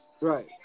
right